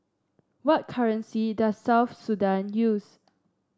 what currency does South Sudan use